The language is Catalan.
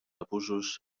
abusos